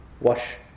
wash